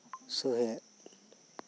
ᱥᱩᱦᱮᱫ